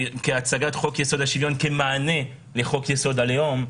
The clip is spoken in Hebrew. חוק-יסוד: השוויון הוא מענה לחוק-יסוד: הלאום,